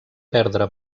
perdre